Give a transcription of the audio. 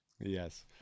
Yes